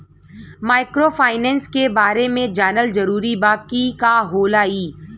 Microfinance के बारे में जानल जरूरी बा की का होला ई?